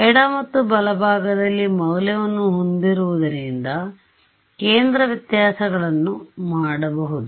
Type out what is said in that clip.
ಎಡ ಮತ್ತು ಬಲಭಾಗದಲ್ಲಿ ಮೌಲ್ಯವನ್ನು ಹೊಂದಿರುವುದರಿಂದ ಕೇಂದ್ರ ವ್ಯತ್ಯಾಸಗಳನ್ನು ಮಾಡಬಹುದು